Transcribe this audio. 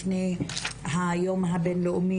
לפני היום הבינלאומי,